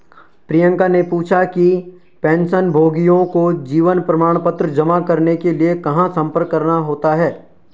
प्रियंका ने पूछा कि पेंशनभोगियों को जीवन प्रमाण पत्र जमा करने के लिए कहाँ संपर्क करना होता है?